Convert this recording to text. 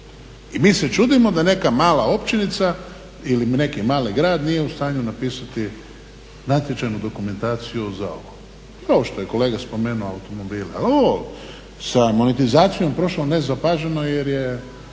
I mi se čudimo da neka mala općinica ili neki mali grad nije u stanju napisati natječajnu dokumentaciju za ovo, za ovo što je kolega spomenuo automobile. A ovo je sa monetizacijom prošlo nezapaženo jer je